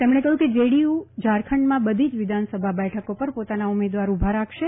તેમણે કહયું કે જેડીયુ ઝારખંડમાં બધી જ વિધાનસભા બેઠકો પર પોતાના ઉમેદવાર ઉભા રાખશે